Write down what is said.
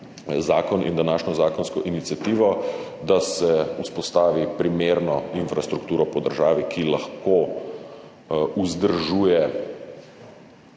zakon in današnjo zakonsko iniciativo, da se po državi vzpostavi primerno infrastrukturo, ki lahko vzdržuje